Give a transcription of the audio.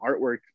artwork